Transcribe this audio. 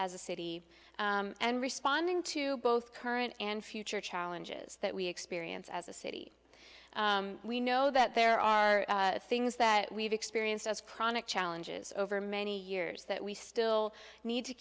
as a city and responding to both current and future challenges that we experience as a city we know that there are things that we've experienced as chronic challenges over many years that we still need to